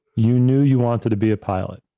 you knew you wanted to be a pilot.